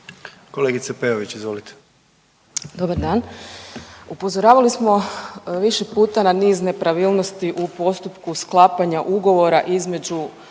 Katarina (RF)** Dobar dan, upozoravali smo više puta na niz nepravilnosti u postupku sklapanja ugovora između